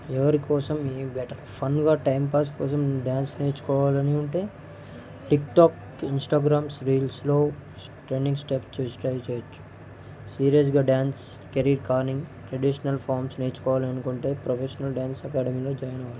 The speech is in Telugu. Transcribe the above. ఎవరి కోసం ఈ బెటర్ ఫన్గా టైంపాస్ కోసం డ్యాన్స్ నేర్చుకోవాలని ఉంటే టిక్టాక్ ఇంస్టాగ్రామ్స్ రీల్స్లో ట్రెండింగ్ స్టెప్స్ చూసి ట్రై చెయ్యొచ్చు సీరియస్గా డ్యాన్స్ కెరీర్ కాానీ ట్రెడిషనల్ ఫార్మ్స్ నేర్చుకోవాలనుకుంటే ప్రొఫెషనల్ డ్యాన్స్ అకాడమీలో జాయిన్ అవ్వాలి